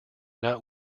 not